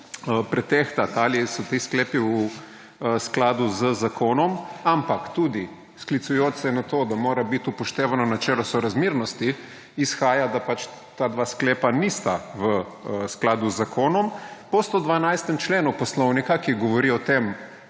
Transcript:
pretehtat, ali so ti sklepi v skladu z zakonom, ampak tudi sklicujoč se na to, da mora bit upoštevano načelo sorazmernosti, izhaja, da ta dva sklepa nista v skladu z zakonom, po 112. členu Poslovnika, ki govori o tem,